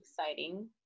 exciting